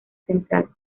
central